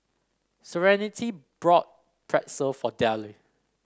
Serenity bought Pretzel for Dayle